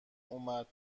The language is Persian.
اومد